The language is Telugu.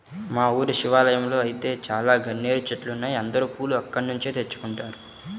మా ఊరి శివాలయంలో ఐతే చాలా గన్నేరు చెట్లున్నాయ్, అందరూ పూలు అక్కడ్నుంచే తెచ్చుకుంటారు